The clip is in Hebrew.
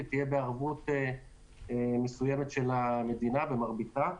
ותהיה בערבות מסוימת של המדינה במרביתה.